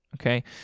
Okay